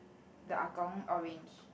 the ah gong orange